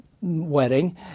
wedding